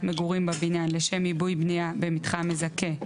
מגורים בבניין לשם עיבוי בנייה במתחם מזכה,